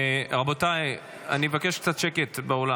רבותיי, אני מבקש קצת שקט באולם.